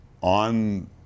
on